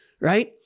right